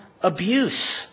abuse